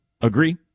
Agree